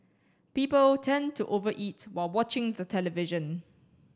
people tend to over eat while watching the television